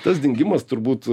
tas dingimas turbūt